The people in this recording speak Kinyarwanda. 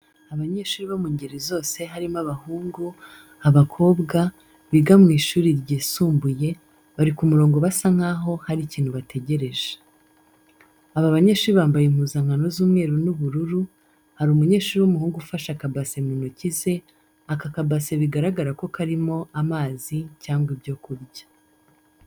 Abanyeshuri bo mu ngeri zose harimo abahungu, abakobwa biga mu ishuri ry'isumbuye, bari ku murongo basa nkaho hari ikintu bategereje. Aba banyeshuri bambaye impuzankano z'umweru n'ubururu, hari umunyeshuri w'umuhungu ufashe akabase mu ntoki ze, aka kabase biragaragara ko karimo amazi cyangwa ibyo kurya.